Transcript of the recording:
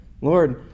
Lord